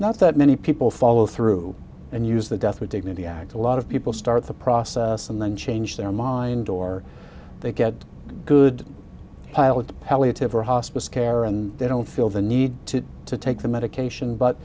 not that many people follow through and use the death with dignity act a lot of people start the process and then change their mind or they get a good pilot palliative or hospice care and they don't feel the need to take the medication but